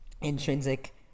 intrinsic